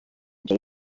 jay